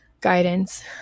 guidance